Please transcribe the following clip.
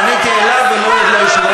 פניתי אליו, מה זה הדבר